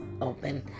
open